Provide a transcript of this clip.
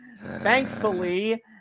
Thankfully